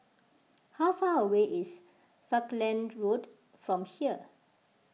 how far away is Falkland Road from here